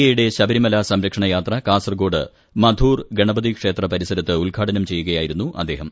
A യുടെ ശബരിമല സംരക്ഷണയാത്ര കാസർഗോഡ് ഗണപതിക്ഷേത്ര പരിസരത്ത് മധൂർ ഉദ്ഘാടനം ചെയ്യുകയായിരുന്നു അദ്ദേഹം